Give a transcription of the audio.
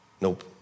Nope